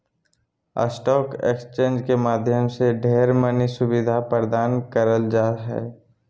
stock exchange के माध्यम से ढेर मनी सुविधा प्रदान करल जा हय